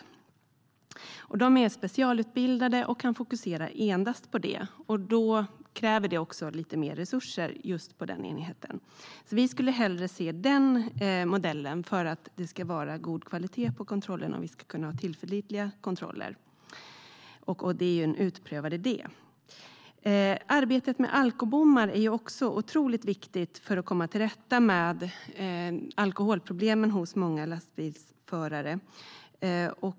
På enheten är man specialutbildad och kan fokusera endast på detta, och det krävs då också lite mer resurser just där. Vi skulle alltså hellre se denna modell för att det ska vara god kvalitet på kontrollerna och för att de ska kunna vara tillförlitliga. Det är en utprövad idé. Arbetet med alkobommar är otroligt viktigt för att komma till rätta med alkoholproblemen hos många lastbilsförare.